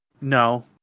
No